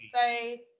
say